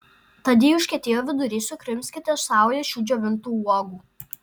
tad jei užkietėjo viduriai sukrimskite saują šių džiovintų uogų